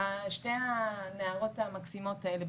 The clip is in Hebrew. שתי הנערות המקסימות האלה,